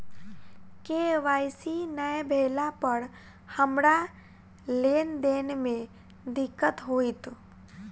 KYC नै भेला पर हमरा लेन देन मे दिक्कत होइत?